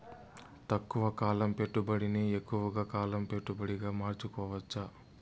తక్కువ కాలం పెట్టుబడిని ఎక్కువగా కాలం పెట్టుబడిగా మార్చుకోవచ్చా?